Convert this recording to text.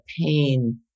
pain